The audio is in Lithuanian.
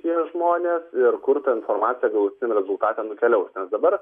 tie žmonės ir kur ta informacija galutiniam rezultate nukeliaus nes dabar